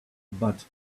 but